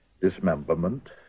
Dismemberment